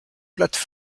plates